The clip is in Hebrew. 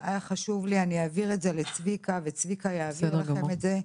זה היה חשוב לי ואני אעביר את זה לצביקה וצביקה יעביר לכם את זה.